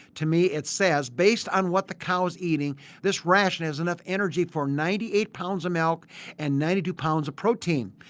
to me it says based on what the cow is eating this ration has enough energy for ninety eight lbs of milk and ninety two lbs of protein.